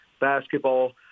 basketball